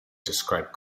described